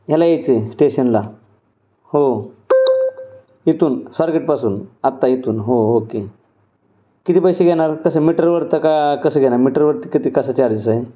ह्याला यायचे आहे स्टेशनला हो इथून स्वारगेटपासून आत्ता इथून हो ओके किती पैसे घेणार कसे मीटरवर तर का कसं घेणार मीटरवरती किती कसं चार्जेस आहे